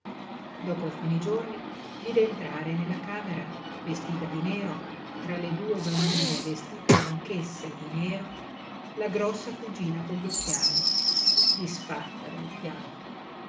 dopo alcuni giorni vide entrare nella camera vestita di nero tra le due bambine vestite anch'esse di nero la grossa cugina con gli occhiali disfatta dal pianto